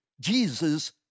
Jesus